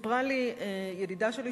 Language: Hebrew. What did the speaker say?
סיפרה לי ידידה שלי,